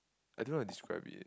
I don't know how to describe it